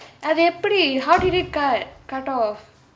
அது எப்படி:athu eppadi how did it cut cut off